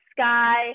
sky